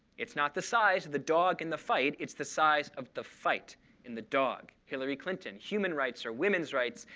it's not the size of the dog in the fight. it's the size of the fight in the dog. hillary clinton human rights are women's rights,